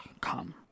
come